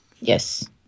yes